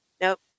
Nope